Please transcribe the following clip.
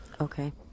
Okay